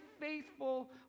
faithful